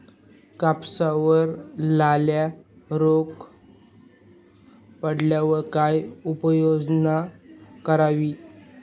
कापसावर लाल्या रोग पडल्यावर काय उपाययोजना करावी?